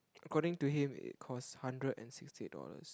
according to him it costs hundred and sixty eight dollars